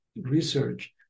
research